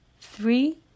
three